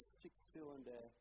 six-cylinder